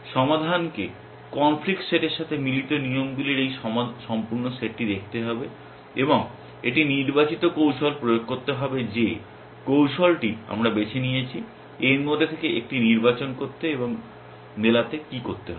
সমাধানকে conflict সেটের মিলিত নিয়মগুলির এই সম্পূর্ণ সেটটি দেখতে হবে এবং একটি নির্বাচিত কৌশল প্রয়োগ করতে হবে যে কৌশলটি আমরা বেছে নিয়েছি এর মধ্যে থেকে একটি নির্বাচন করতে এবং মেলাতে কী করতে হবে